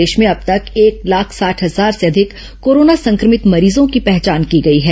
प्रदेश में अब तक एक लाख साठ हजार से अधिक कोरोना संक्रमित मरीजों की पहचान की गई है